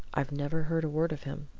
i've never heard a word of him.